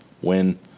win